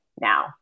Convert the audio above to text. now